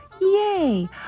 Yay